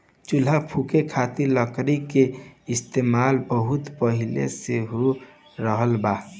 चूल्हा फुके खातिर लकड़ी के इस्तेमाल बहुत पहिले से हो रहल बा